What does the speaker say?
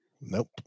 Nope